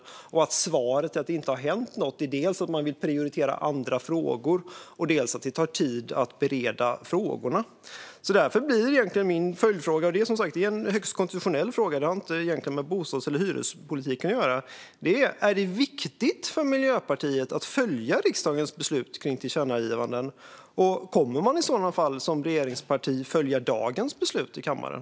Dessutom är svaret på varför det inte har hänt något att man dels vill prioritera andra frågor, dels att det tar tid att bereda frågorna. Min följdfråga är som sagt egentligen högst konstitutionell och har kanske inte med bostads eller hyrespolitiken att göra. Är det viktigt för Miljöpartiet att följa riksdagens beslut när det gäller tillkännagivanden? Kommer man i sådana fall att, som regeringsparti, följa dagens beslut i kammaren?